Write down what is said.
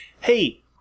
hey